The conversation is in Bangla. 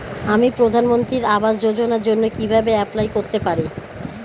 আমি প্রধানমন্ত্রী আবাস যোজনার জন্য কিভাবে এপ্লাই করতে পারি?